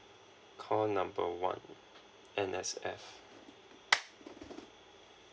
call number one M_S_F